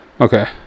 Okay